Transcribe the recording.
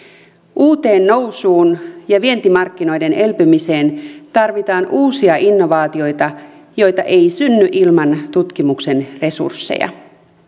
uuteen nousuun ja vientimarkkinoiden elpymiseen tarvitaan uusia innovaatioita joita ei synny ilman tutkimuksen resursseja